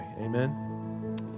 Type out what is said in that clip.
amen